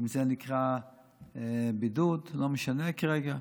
אם זה נקרא בידוד, לא משנה כרגע.